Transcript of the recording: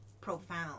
profound